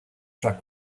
truck